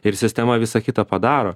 ir sistema visą kitą padaro